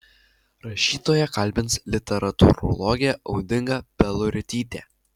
rašytoją kalbins literatūrologė audinga peluritytė